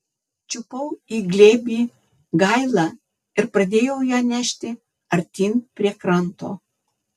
čiupau į glėbį gailą ir pradėjau ją nešti artyn prie kranto